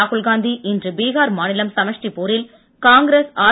ராகுல்காந்தி இன்று பீஹார் மாநிலம் சமஷ்டிபூரில் காங்கிரஸ் ஆர்